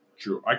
True